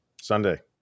Sunday